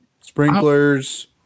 sprinklers